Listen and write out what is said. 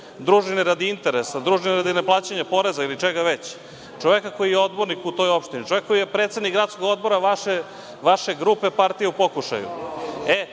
družine radi interesa, družine radi neplaćanja poreza ili čega već, čoveka koji je odbornik u toj opštini, čoveka koji je predsednik gradskog odbora vaše grupe partije u pokušaju,